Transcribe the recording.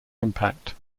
impact